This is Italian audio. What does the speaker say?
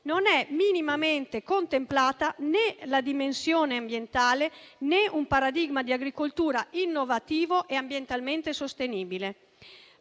sono minimamente contemplati né la dimensione ambientale né un paradigma di agricoltura innovativo e ambientalmente sostenibile.